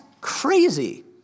crazy